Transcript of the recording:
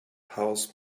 house